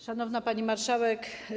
Szanowna Pani Marszałek!